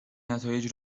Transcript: نتایج